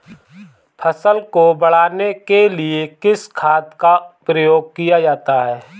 फसल को बढ़ाने के लिए किस खाद का प्रयोग किया जाता है?